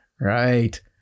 Right